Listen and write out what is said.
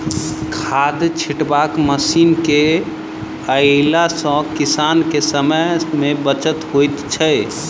खाद छिटबाक मशीन के अयला सॅ किसान के समय मे बचत होइत छै